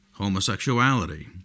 homosexuality